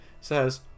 says